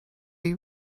you